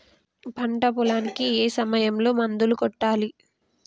పంట పొలానికి ఏ సమయంలో మందులు కొట్టాలి?